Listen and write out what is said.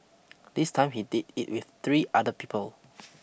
this time he did it with three other people